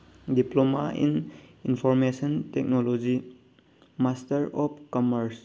diploma in information technology master of commerce